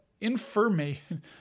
information